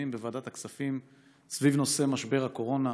בוועדת הכספים סביב נושא משבר הקורונה.